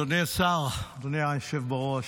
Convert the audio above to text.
אדוני השר, אדוני היושב בראש,